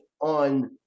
on